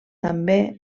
també